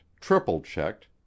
triple-checked